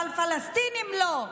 אבל פלסטינים, לא.